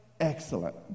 Excellent